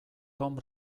tomb